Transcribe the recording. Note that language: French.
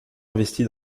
investi